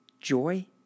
joy